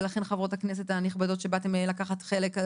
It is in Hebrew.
ולכן חברות הכנסת הנכבדות שבאתן לקחת חלק.